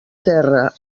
terra